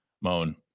Moan